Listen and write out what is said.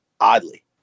oddly